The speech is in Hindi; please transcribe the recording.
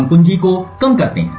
हम कुंजी को कम करते हैं